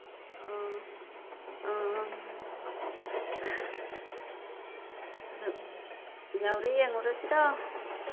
ꯑ ꯑ ꯑꯗꯨ ꯌꯧꯔꯦ ꯌꯦꯡꯉꯨꯔꯁꯤꯔꯣ